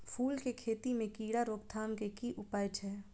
फूल केँ खेती मे कीड़ा रोकथाम केँ की उपाय छै?